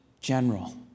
general